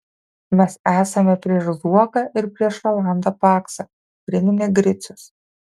mes esame prieš zuoką ir prieš rolandą paksą priminė gricius